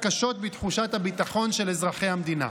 קשות בתחושת הביטחון של אזרחי המדינה.